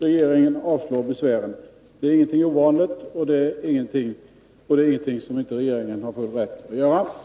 Regeringen avslår besvären. Det är ingenting ovanligt, och det är ingenting som inte regeringen har full rätt att göra.